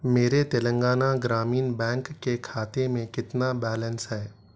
میرے تلنگانہ گرامین بینک کے خاتے میں کتنا بیلنس ہے